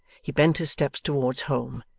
he bent his steps towards home,